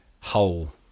whole